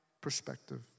perspective